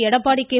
Edappadi K